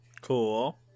Cool